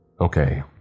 Okay